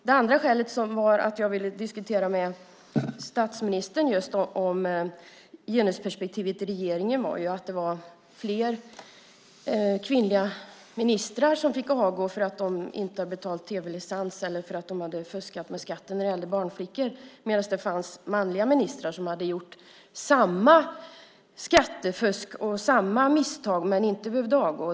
Det andra skälet till att jag just med statsministern ville diskutera genusperspektivet i regeringen var att det var fler kvinnliga ministrar som fick avgå för att de inte hade betalt tv-licens eller fuskat med skatten när det gällde barnflickor, medan det fanns manliga ministrar som hade begått samma typ av skattefusk och samma typer av misstag men som inte behövde avgå.